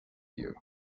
you